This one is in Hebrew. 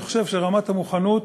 אני חושב שרמת המוכנות,